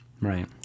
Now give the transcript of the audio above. Right